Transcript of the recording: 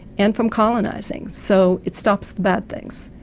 and from colonising. so it stops the bad things.